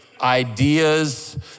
ideas